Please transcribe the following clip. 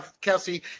Kelsey